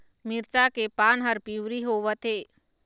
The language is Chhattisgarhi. मिरचा के पान हर पिवरी होवथे?